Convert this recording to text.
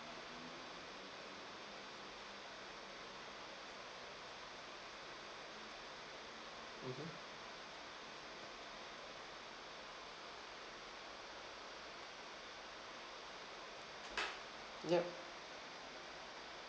mmhmm ya